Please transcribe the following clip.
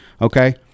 Okay